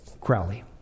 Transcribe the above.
Crowley